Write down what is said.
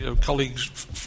colleagues